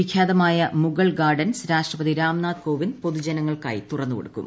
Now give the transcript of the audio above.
വിഖ്യാതമായ മുഗൾ ഗാർഡൻസ് രാഷ്ട്രപതി രാംനാഥ് കോവിന്ദ് പൊതുജനങ്ങൾക്കായി തുറന്നുകൊടുക്കും